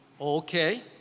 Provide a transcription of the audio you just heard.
Okay